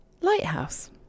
Lighthouse